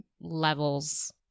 levels